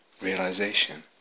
realization